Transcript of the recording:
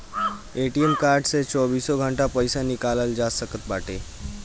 ATM card से चौबीसों घंटा पईसा निकालल जा सकत बाटे